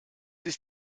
ist